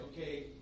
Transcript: okay